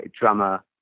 drummer